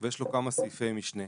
ויש לו כמה סעיפי משנה.